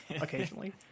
Occasionally